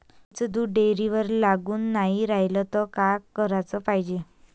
गाईचं दूध डेअरीवर लागून नाई रायलं त का कराच पायजे?